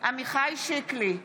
עמיחי שיקלי,